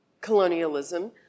colonialism